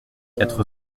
quatre